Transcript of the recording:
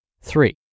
Three